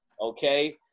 okay